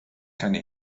keine